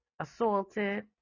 assaulted